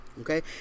Okay